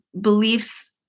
beliefs